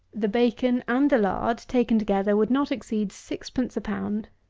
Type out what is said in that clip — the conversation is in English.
the bacon and lard, taken together, would not exceed sixpence a pound.